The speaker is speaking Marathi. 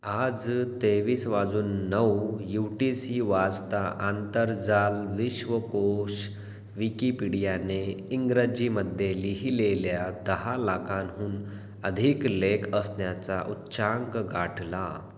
आज तेवीस वाजून नऊ यू टी सी वाजता आंतरजाल विश्वकोश विकिपीडियाने इंग्रजीमध्ये लिहिलेल्या दहा लाखांहून अधिक लेख असण्याचा उच्चांक गाठला